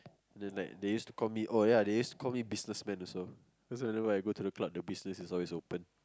they like they use to call me oh they use to call business man also cause I know why I go to the club the business is always open